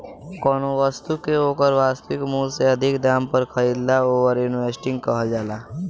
कौनो बस्तु के ओकर वास्तविक मूल से अधिक दाम पर खरीदला ओवर इन्वेस्टिंग कहल जाला